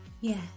Yes